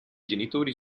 genitori